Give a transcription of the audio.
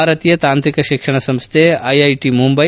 ಭಾರತೀಯ ತಾಂತ್ರಿಕ ಶಿಕ್ಷಣ ಸಂಸ್ಥೆ ಐಐಟ ಮುಂಬೈ